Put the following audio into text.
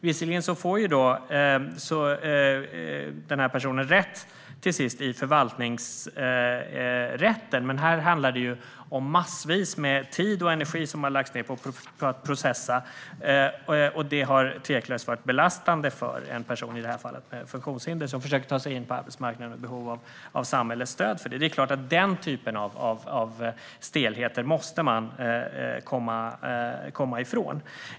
Visserligen får personen till sist rätt i förvaltningsrätten, men det handlar om massvis med tid och energi som har lagts ned under processen. Det har tveklöst varit belastande för personen i fråga - i det här fallet en person med funktionshinder som försöker att ta sig in på arbetsmarknaden och som har behov av samhällets stöd för detta. Sådan stelhet måste man komma ifrån.